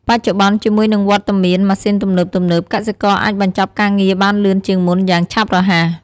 បច្ចុប្បន្ន ជាមួយនឹងវត្តមានម៉ាស៊ីនទំនើបៗ កសិករអាចបញ្ចប់ការងារបានលឿនជាងមុនយ៉ាងឆាប់រហ័ស។